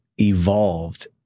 evolved